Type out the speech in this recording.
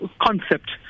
concept